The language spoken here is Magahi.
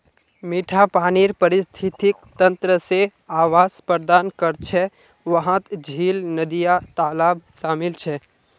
मिठा पानीर पारिस्थितिक तंत्र जे आवास प्रदान करछे वहात झील, नदिया, तालाब शामिल छे